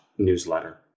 newsletter